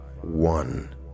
one